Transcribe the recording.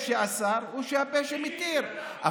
הפה שאסר הוא הפה שמתיר.